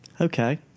Okay